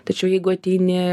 tačiau jeigu ateini